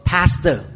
Pastor